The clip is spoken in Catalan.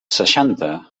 seixanta